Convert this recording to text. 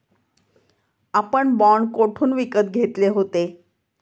आपण बाँड कोठून विकत घेतले होते?